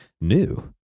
new